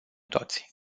toți